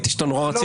ראיתי שנורא רצית.